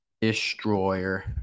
destroyer